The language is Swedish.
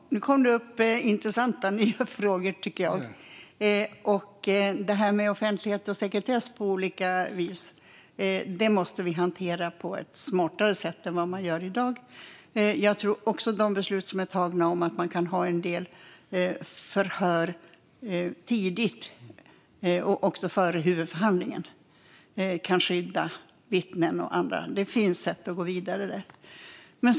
Fru talman! Nu kom det upp intressanta nya frågor. Detta med offentlighet och sekretess på olika vis måste vi hantera på ett smartare sätt än vad som sker i dag. Det har tagits beslut om att man kan ha en del förhör tidigt, också före huvudförhandlingen, och jag tror att det kan skydda vittnen och andra. Det finns sätt att gå vidare där.